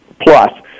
plus